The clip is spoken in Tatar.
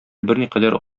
берникадәр